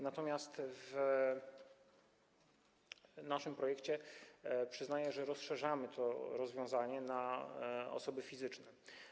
Natomiast w naszym projekcie, przyznaję, rozszerzamy to rozwiązanie na osoby fizyczne.